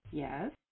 Yes